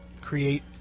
create